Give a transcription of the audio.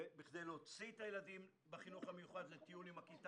ובכדי להוציא את הילדים בחינוך המיוחד לטיול עם הכיתה